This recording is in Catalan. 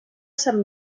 sant